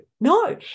no